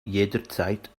jederzeit